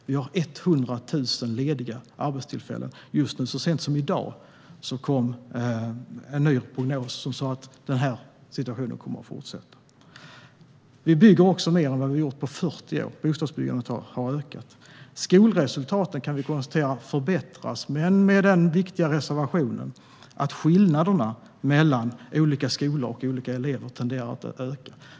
Vi har just nu 100 000 lediga arbetstillfällen. Så sent som i dag kom en ny prognos som sa att den situationen kommer att fortsätta. Vi bygger också mer än vad vi har gjort på 40 år. Bostadsbyggandet har ökat. Vi kan konstatera att skolresultaten förbättras, men med den viktiga reservationen att skillnaderna mellan olika skolor och olika elever tenderar att öka.